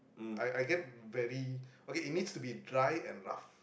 I I get very okay it needs to be dried and rough